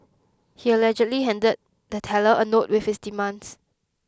he allegedly handed the teller a note with his demands